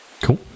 Cool